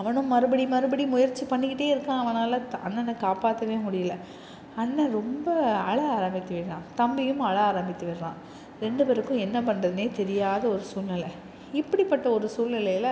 அவனும் மறுபடியும் மறுபடியும் முயற்சி பண்ணிகிட்டே இருக்கான் அவனால் அண்ணனை காப்பாற்றவே முடியிலை அண்ணன் ரொம்ப அழ ஆரம்பித்துவிடுறான் தம்பியும் அழ ஆரம்பித்துவிடுறான் ரெண்டு பேருக்கும் என்ன பண்ணுறதுனே தெரியாத ஒரு சூழ்நிலை இப்படி பட்ட ஒரு சூழ்நிலையில